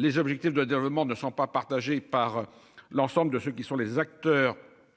Les objectifs de développement ne sont pas partagées par l'ensemble de ceux qui sont les acteurs